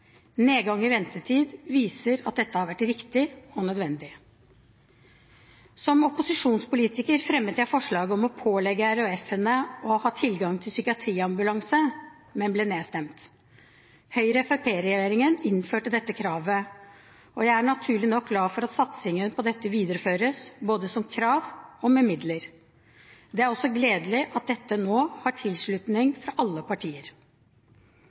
Nedgang i ventetid viser at dette har vært riktig og nødvendig. Som opposisjonspolitiker fremmet jeg forslag om å pålegge RHF-ene å ha tilgang på psykiatriambulanse, men ble nedstemt. Høyre–Fremskrittsparti-regjeringen innførte dette kravet, og jeg er naturlig nok glad for at satsingen på dette videreføres, både som krav og med midler. Det er også gledelig at dette nå har tilslutning fra alle partier.